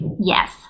yes